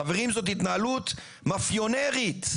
חברים, זאת התנהלות מאפיונרית.